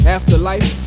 Afterlife